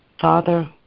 Father